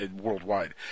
worldwide